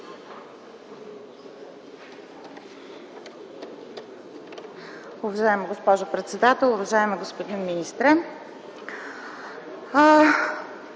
Уважаема госпожо председател, уважаеми господин министър!